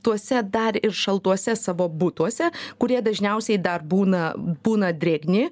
tuose dar ir šaltuose savo butuose kurie dažniausiai dar būna būna drėgni